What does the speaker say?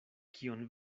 kion